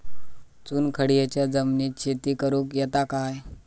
चुनखडीयेच्या जमिनीत शेती करुक येता काय?